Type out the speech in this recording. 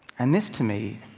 and this, to me,